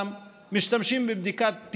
אני קיבלתי לא מעט.